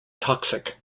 toxic